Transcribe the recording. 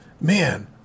man